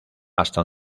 hasta